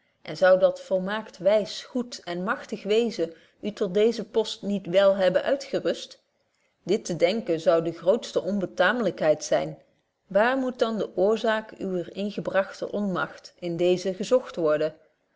en zou dat volmaakt wys goed en machtig wezen u tot deezen post niet wél hebben uitgerust dit te denken zou de grootste onbetaamlykheid zyn waar moet dan de oorzaak uwer ingebragte onmacht in dezen gezogt worden